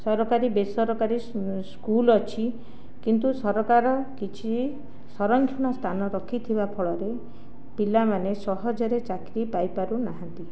ସରକାରୀ ବେସରକାରୀ ସ୍କୁଲ ଅଛି କିନ୍ତୁ ସରକାର କିଛି ସରଂକ୍ଷଣ ସ୍ଥାନ ରଖିଥିବା ଫଳରେ ପିଲାମାନେ ସହଜରେ ଚାକିରି ପାଇପାରୁ ନାହାନ୍ତି